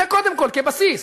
זה קודם כול, כבסיס.